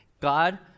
God